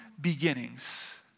beginnings